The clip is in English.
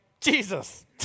Jesus